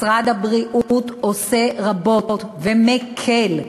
משרד הבריאות עושה רבות ומקל,